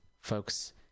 folks